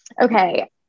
Okay